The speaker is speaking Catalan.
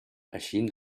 eixint